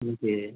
जी